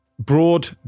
Broad